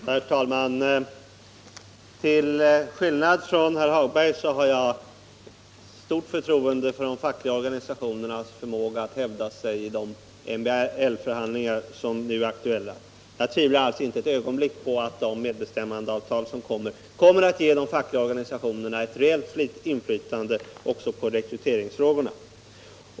Herr talman! Till skillnad från herr Hagberg har jag stort förtroende för de fackliga organisationernas förmåga att hävda sig i de MBL-förhandlingar som nu är aktuella. Jag tvivlar alltså inte ett ögonblick på att de medbestämmandeavtal som kommer att träffas skall ge de fackliga organisationerna ett reellt inflytande också på rekryteringsfrågorna.